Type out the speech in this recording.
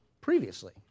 previously